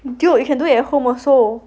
dude you can do it at home also